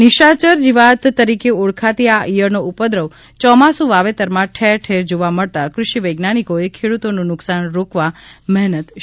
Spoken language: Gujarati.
નિશાયર જીવાત તરીકે ઓળખાતી આ ઇથળનો ઉપદ્રવ ચોમાસુ વાવેતરમાં ઠેરઠેર જોવા મળતા કૃષિ વૈજ્ઞાનિકોએ ખેડૂતોનું નુકસાન રોકવા મહેનત શરૂ કરી છે